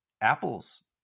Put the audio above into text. Apple's